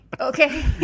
Okay